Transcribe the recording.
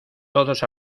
todos